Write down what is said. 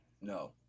No